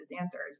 answers